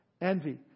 envy